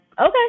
okay